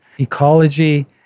Ecology